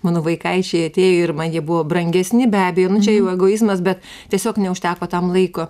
mano vaikaičiai atėjo ir man jie buvo brangesni be abejo jau egoizmas bet tiesiog neužteko tam laiko